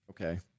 Okay